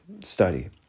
study